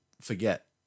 forget